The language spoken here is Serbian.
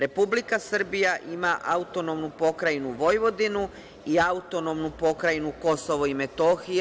Republika Srbija ima Autonomnu Pokrajinu Vojvodinu i Autonomnu Pokrajinu Kosovo i Metohija.